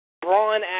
Braun